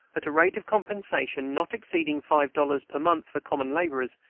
at a rate of compensation not exceeding five dollars per month for common laborers,